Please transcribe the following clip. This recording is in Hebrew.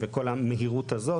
של המהירות הזאת,